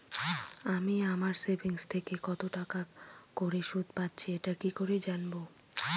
আমি আমার সেভিংস থেকে কতটাকা করে সুদ পাচ্ছি এটা কি করে জানব?